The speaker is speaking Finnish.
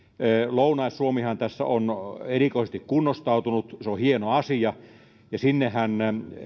lounais suomihan tässä on erikoisesti kunnostautunut se on hieno asia ja sinnehän